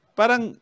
parang